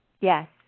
Yes